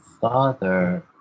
father